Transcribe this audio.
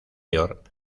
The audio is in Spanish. york